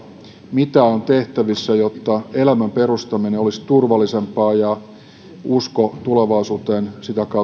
mitä on tehtävissä jotta elämän perustaminen olisi turvallisempaa ja usko tulevaisuuteen